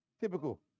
Typical